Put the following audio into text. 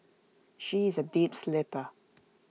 she is A deep sleeper